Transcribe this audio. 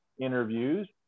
interviews